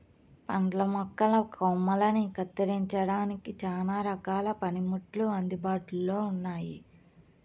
పండ్ల మొక్కల కొమ్మలని కత్తిరించడానికి చానా రకాల పనిముట్లు అందుబాటులో ఉన్నయి